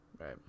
Right